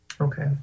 Okay